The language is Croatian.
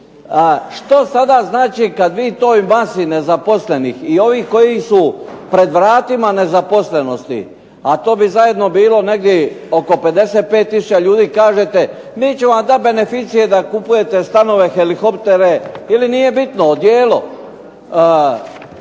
Što sada znači kad vi toj masi nezaposlenih i ovih koji su pred vratima nezaposlenosti a to bi zajedno bilo negdje oko 55 tisuća ljudi kažete mi ćemo vam dati beneficije da kupujete stanove, helikoptere ili nije bitno odijelo.